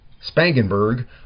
Spangenberg